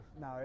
no